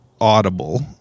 audible